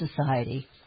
society